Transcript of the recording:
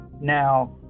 now